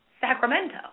Sacramento